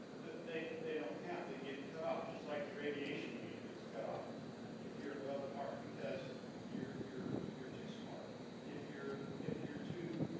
but they they don't count they get cut off just like the radiation beam gets cut off if you're above the mark because you're you're you're too smart if you're if you're too